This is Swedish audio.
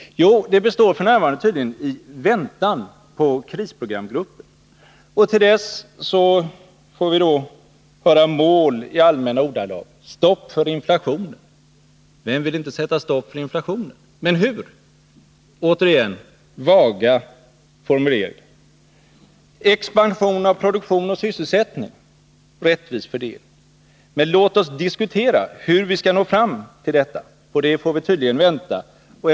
Jo, det är tydligen f. n. väntan på krisprogramgruppen. Till dess får vi höra talas om mål i allmänna ordalag, t.ex. ”stopp för inflationen”. Men vem vill inte sätta stopp för inflationen? Hur skall det ske? Man kommer återigen med vaga formuleringar, ”expansion av produktion och sysselsättning, rättvis fördelning”. Vi vill gärna diskutera hur man skall nå dessa mål. Men vi får tydligen vänta med det.